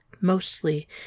mostly